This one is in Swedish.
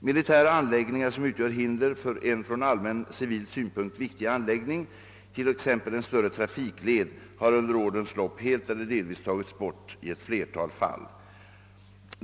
Militära anläggningar, som utgör hinder för en från allmänt civil synpunkt viktig anläggning, t.ex. en större trafikled, har under årens lopp helt eller delvis tagits bort i ett flertal fall.